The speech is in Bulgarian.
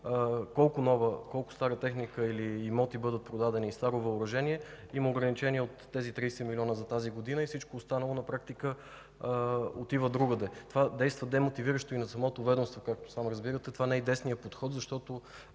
независимо колко стара техника или имоти и старо въоръжение бъдат продадени, има ограничение от тези 30 милиона за тази година, и всичко останало на практика отива другаде. Това действа демотивиращо и на самото ведомство, както разбирате. Това не е и десният подход, защото